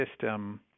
system